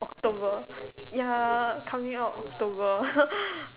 October ya coming out October